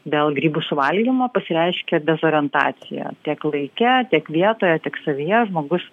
dėl grybų suvalgymo pasireiškia dezorientacija tiek laike tiek vietoje tiek savyje žmogus